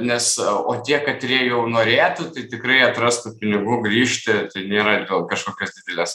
nes o tie katrie jau norėtų tai tikrai atrastų pinigų grįžti tai nėra gal kažkokios didelės